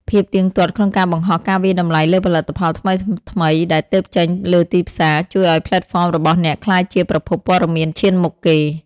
ភាពទៀងទាត់ក្នុងការបង្ហោះការវាយតម្លៃលើផលិតផលថ្មីៗដែលទើបចេញលើទីផ្សារ ជួយឱ្យផ្លេតហ្វមរបស់អ្នកក្លាយជាប្រភពព័ត៌មានឈានមុខគេ។